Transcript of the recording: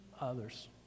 others